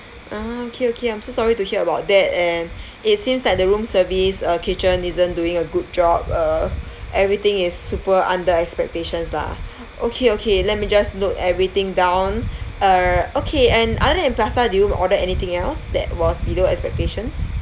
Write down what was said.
ah okay okay I'm so sorry to hear about that and it seems that the room service uh kitchen isn't doing a good job uh everything is super under expectations lah okay okay let me just note everything down uh okay and other than pasta did you order anything else that was below expectations